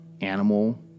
animal